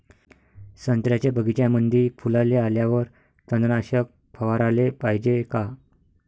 संत्र्याच्या बगीच्यामंदी फुलाले आल्यावर तननाशक फवाराले पायजे का?